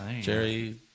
Jerry